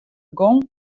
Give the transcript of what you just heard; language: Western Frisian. gong